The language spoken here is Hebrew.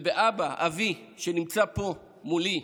ובאבא, אבי, שנמצא פה מולי,